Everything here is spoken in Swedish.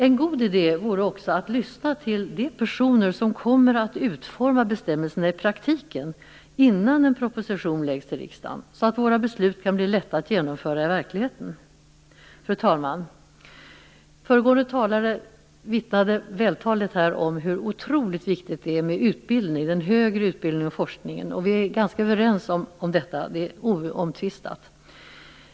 En god idé vore också att lyssna till de personer som kommer att utforma bestämmelserna i praktiken innan en proposition läggs fram i riksdagen, så att våra beslut kan bli lätta att genomföra i verkligheten. Fru talman! Föregående talare vittnade vältaligt om hur otroligt viktigt det är med hög utbildning och forskning. Vi är ganska överens om detta. Det är oomtvistat.